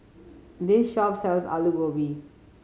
this shop sells Alu Gobi